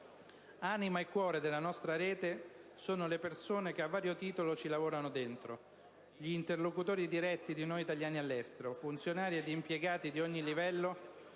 Anima e cuore della nostra rete sono le persone che a vario titolo ci lavorano dentro, gli interlocutori diretti di noi italiani all'estero, funzionari ed impiegati di ogni livello